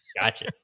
Gotcha